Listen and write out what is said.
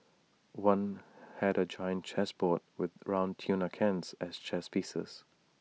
one had A giant chess board with round tuna cans as chess pieces